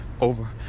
over